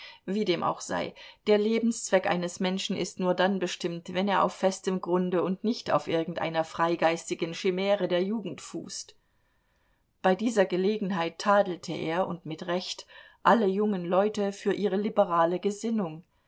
wie dem auch sei der lebenszweck eines menschen ist nur dann bestimmt wenn er auf festem grunde und nicht auf irgendeiner freigeistigen schimäre der jugend fußt bei dieser gelegenheit tadelte er und mit recht alle jungen leute für ihre liberale gesinnung